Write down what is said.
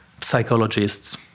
psychologists